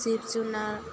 जिब जुनार